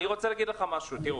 אני רוצה להגיד לך משהו: תראו,